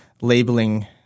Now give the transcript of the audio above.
labeling